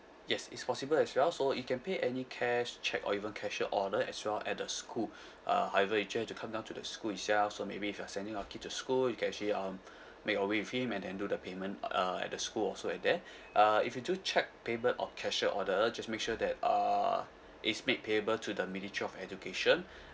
yes it's possible as well so you can pay any cash cheque or even cashier order as well at the school uh however you ju~ ha~ to come down to the school itself so maybe if you're sending your kid to school you can actually um make away with him and then do the payment uh at the school also at there uh if you do cheque payment or cashier order just make sure that uh it's made payable to the minister of education